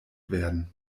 werden